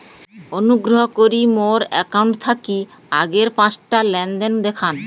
অনুগ্রহ করি মোর অ্যাকাউন্ট থাকি আগের পাঁচটা লেনদেন দেখান